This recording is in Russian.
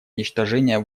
уничтожения